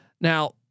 now